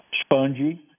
spongy